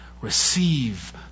Receive